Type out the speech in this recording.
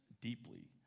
deeply